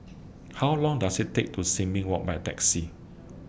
How Long Does IT Take to Sin Ming Walk By Taxi